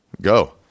Go